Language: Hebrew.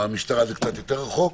המשטרה זה קצת יותר רחוק.